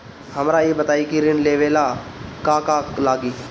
हमरा ई बताई की ऋण लेवे ला का का लागी?